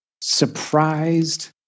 surprised